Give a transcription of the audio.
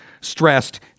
stressed